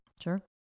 sure